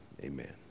amen